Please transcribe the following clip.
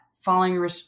following